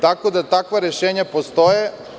Tako da, takva rešenja postoje.